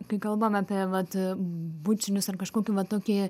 kai kalbam apie vat bučinius ar kažkokį va tokį